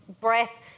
breath